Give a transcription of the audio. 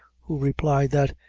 who replied that,